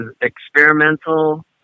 experimental